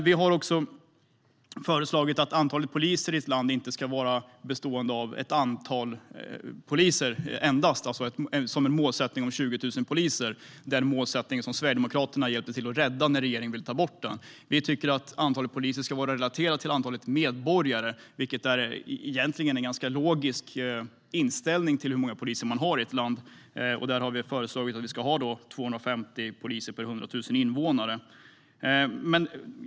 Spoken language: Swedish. Vi har också föreslagit att antalet poliser i ett land inte ska bestå endast av poliser, alltså den målsättning med 20 000 poliser som Sverigedemokraterna hjälpte till att rädda när regeringen ville ta bort den. Vi tycker att antalet poliser ska vara relaterat till antalet medborgare, vilket egentligen är en ganska logisk inställning när det gäller hur många poliser man har i ett land. Vi har föreslagit att det ska vara 250 poliser per 100 000 invånare.